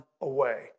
away